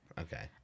Okay